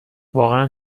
واقعا